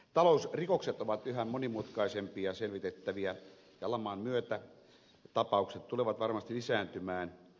talousrikokset ovat yhä monimutkaisempia selvitettäviä ja laman myötä tapaukset tulevat varmasti lisääntymään